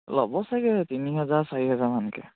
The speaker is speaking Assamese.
ল'ব চাগে তিনি হেজাৰ চাৰি হেজাৰ মানকৈ